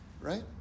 right